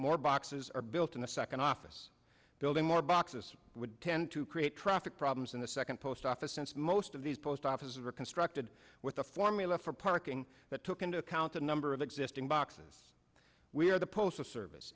more boxes are built in the second office building more boxes would tend to create traffic problems in the second post office since most of these post offices are constructed with a formula for parking that took into account the number of existing boxes we are the postal service